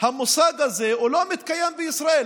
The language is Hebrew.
המושג הזה לא מתקיים בישראל,